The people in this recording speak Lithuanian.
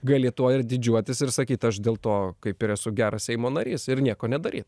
gali tuo ir didžiuotis ir sakyt aš dėl to kaip ir esu geras seimo narys ir nieko nedaryt